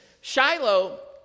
shiloh